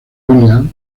william